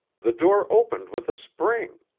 the door opened with a spring.